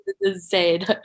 insane